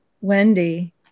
Wendy